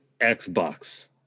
Xbox